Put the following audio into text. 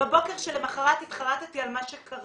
בבוקר שלמחרת התחרטתי על מה שקרה".